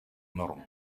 норм